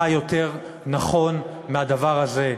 מה יותר נכון מהדבר הזה?